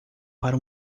para